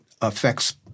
affects